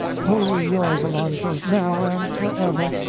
wholly yours, alonzo, now and forever!